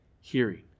hearing